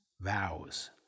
vows